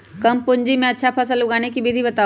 कम पूंजी में अच्छा फसल उगाबे के विधि बताउ?